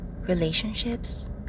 relationships